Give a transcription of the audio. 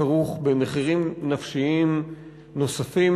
כרוך במחירים נפשיים נוספים,